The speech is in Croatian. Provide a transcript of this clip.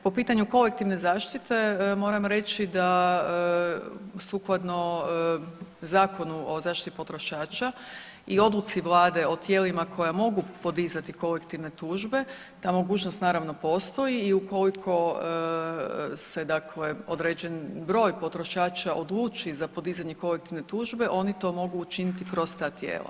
Po pitanju kolektivne zaštite moram reći da sukladno zakonu o zaštiti potrošača i odluci Vlade o tijelima koja mogu podizati kolektivne tužbe ta mogućnost naravno postoji i ukoliko se određeni broj potrošača odluči za podizanje kolektivne tužbe oni to mogu činiti kroz ta tijela.